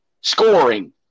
scoring